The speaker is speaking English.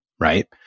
right